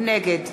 נגד